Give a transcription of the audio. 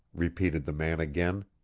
repeated the man again,